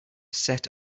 set